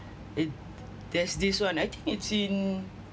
it there's this one I think it's in